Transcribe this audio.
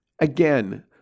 Again